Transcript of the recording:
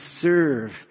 serve